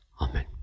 Amen